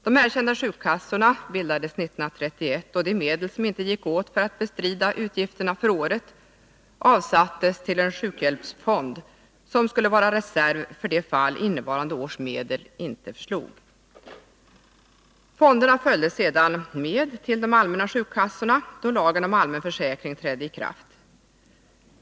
De erkända sjukkassorna bildades 1931, och de medel som inte gick åt för att bestrida årets utgifter avsattes till en sjukhushjälpsfond som skulle utgöra reserv för det fall innevarande års medel inte förslog. Fonderna följde sedan med till de allmänna sjukkassorna då lagen om allmän försäkring trädde i kraft 1955.